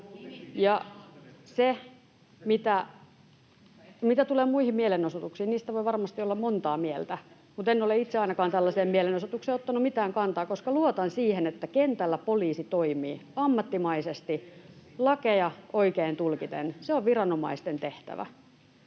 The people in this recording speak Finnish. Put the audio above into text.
Mitä tulee muihin mielenosoituksiin, niistä voi varmasti olla montaa mieltä, [Mauri Peltokangas: Entäs tästä yhdestä?] mutta en ole itse ainakaan tällaiseen mielenosoitukseen ottanut mitään kantaa, koska luotan siihen, että kentällä poliisi toimii ammattimaisesti, lakeja oikein tulkiten. Se on viranomaisten tehtävä.